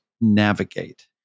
navigate